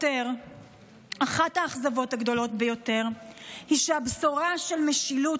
אחת האכזבות הגדולות ביותר היא שהבשורה של משילות,